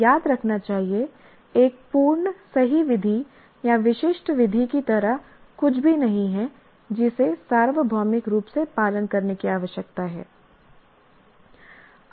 याद रखना चाहिए एक पूर्ण सही विधि या विशिष्ट विधि की तरह कुछ भी नहीं है जिसे सार्वभौमिक रूप से पालन करने की आवश्यकता है